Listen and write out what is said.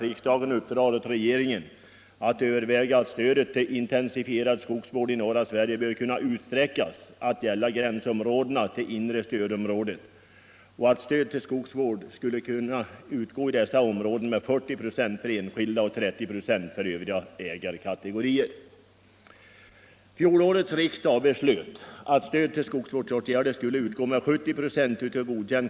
Han har tidigare bemött de synpunkter som herr Hedström framförde angående motionen vad gäller pengarna till skogsvårdsstyrelserna.